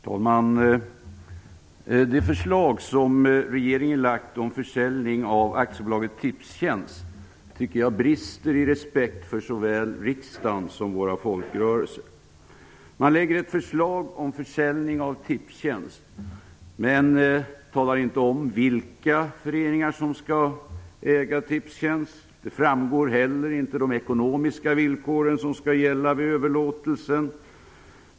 Herr talman! Det förslag som regeringen har lagt fram om försäljning av AB Tipstjänst tycker jag brister i respekt för såväl riksdagen som våra folkrörelser. Man lägger fram ett förslag om försäljning av Tipstjänst, men talar inte om vilka föreningar som skall äga Tipstjänst. De ekonomiska villkor som skall gälla vid överlåtelsen framgår inte heller.